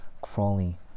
crawling